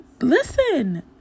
listen